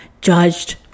judged